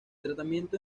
tratamiento